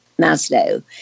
Maslow